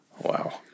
Wow